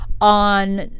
on